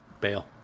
Bail